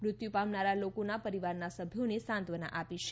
મૃત્યુ પામનારા લોકોનાં પરિવારના સભ્યોને સાંત્વના આપી છે